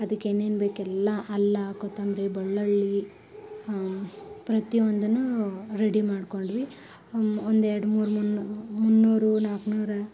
ಅದಕ್ಕೆ ಏನೇನು ಬೇಕು ಎಲ್ಲ ಅಲ್ಲ ಕೊತ್ತಂಬ್ರಿ ಬೆಳ್ಳುಳ್ಳಿ ಪ್ರತಿಯೊಂದನ್ನೂ ರೆಡಿ ಮಾಡಿಕೊಂಡ್ವಿ ಒಂದು ಎರ್ಡು ಮೂರು ಮುನ್ನು ಮುನ್ನೂರು ನಾಲ್ಕುನೂರ